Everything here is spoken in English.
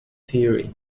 theory